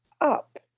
up